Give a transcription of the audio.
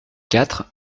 quatre